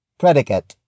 predicate